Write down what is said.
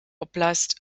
oblast